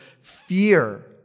fear